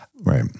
right